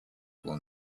will